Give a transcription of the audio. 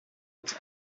uns